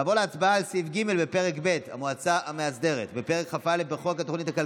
אני קובע שההחלטה להחיל דין רציפות על הצעת חוק הרכבת התחתית (מטרו)